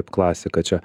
klasika čia